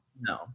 No